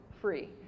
free